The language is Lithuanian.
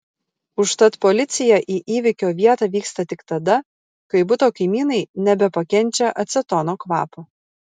užtat policija į įvykio vietą vyksta tik tada kai buto kaimynai nebepakenčia acetono kvapo